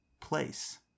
place